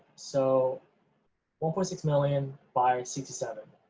so one point six million by sixty seven,